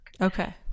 Okay